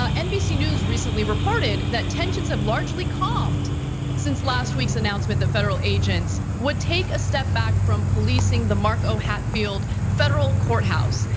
um nbc news recently reported that tensions have largely calmed since last week's announcement. the federal agents would take a step back from policing the mark o hatfield federal courthouse.